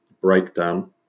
breakdown